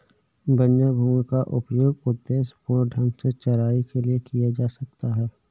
बंजर भूमि का उपयोग उद्देश्यपूर्ण ढंग से चराई के लिए किया जा सकता है